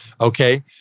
okay